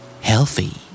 Healthy